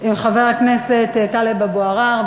עם חבר הכנסת טלב אבו עראר.